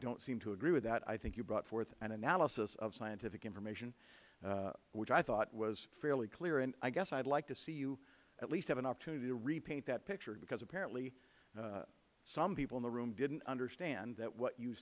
don't seem to agree with that i think you brought forth an analysis of scientific information which i thought was fairly clear and i guess i would like to see you at least have an opportunity to repaint that picture because apparently some people in the room didn't understand that what you